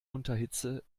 unterhitze